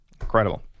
Incredible